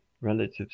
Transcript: relatives